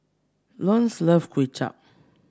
Lone love Kuay Chap